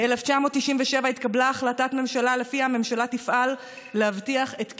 ב-1997 התקבלה החלטת ממשלה שלפיה הממשלה תפעל להבטיח את קיומו,